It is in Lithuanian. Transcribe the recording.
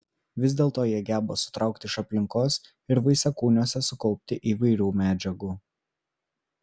vis dėlto jie geba sutraukti iš aplinkos ir vaisiakūniuose sukaupti įvairių medžiagų